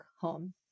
home